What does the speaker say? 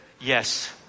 yes